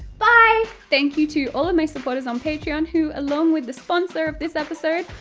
bye! thank you to all of my supporters on patreon who, along with the sponsor of this episode,